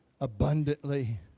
abundantly